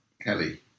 Kelly